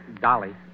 Dolly